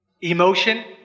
Emotion